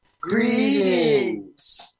Greetings